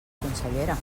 consellera